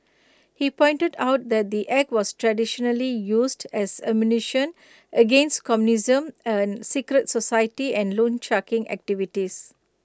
he pointed out that the act was traditionally used as ammunition against communism and secret society and loansharking activities